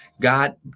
God